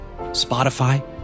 Spotify